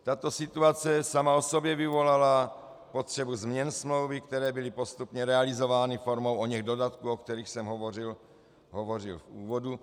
Tato situace sama o sobě vyvolala potřebu změn smlouvy, které byly postupně realizovány formou oněch dodatků, o kterých jsem hovořil v úvodu.